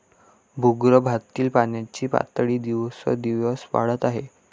भूगर्भातील पाण्याची पातळी दिवसेंदिवस वाढत आहे